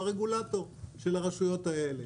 שהוא הרגולטור של הרשויות האלה